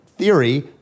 theory